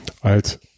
als